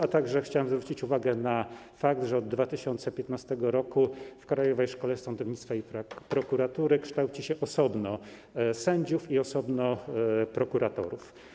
A także chciałem zwrócić uwagę na fakt, że od 2015 r. w Krajowej Szkole Sądownictwa i Prokuratury kształci się osobno sędziów i osobno prokuratorów.